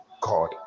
God